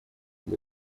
для